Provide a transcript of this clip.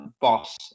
boss